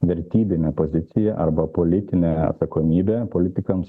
vertybinę poziciją arba politinę atsakomybę politikams